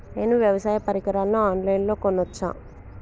నేను వ్యవసాయ పరికరాలను ఆన్ లైన్ లో కొనచ్చా?